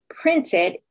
printed